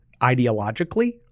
ideologically